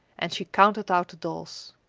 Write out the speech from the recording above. and she counted out the dolls